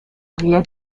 voglia